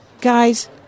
Guys